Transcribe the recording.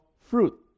fruit